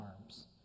arms